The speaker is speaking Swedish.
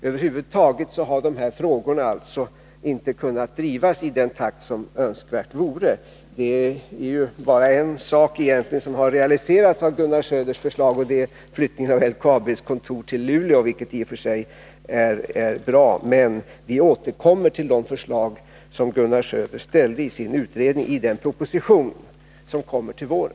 Över huvud taget har de här frågorna inte kunnat drivas i den takt som önskvärt vore. Det är egentligen bara en sak som har realiserats av Gunnar Söders förslag, och det är flyttningen av LKAB:s kontor till Luleå, vilket i och för sig är bra. Men iden proposition som kommer att läggas fram till våren återkommer vi till de förslag som Gunnar Söder presenterade i sin utredning.